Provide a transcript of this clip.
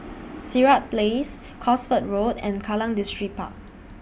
Sirat Place Cosford Road and Kallang Distripark